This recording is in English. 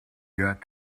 got